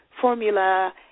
formula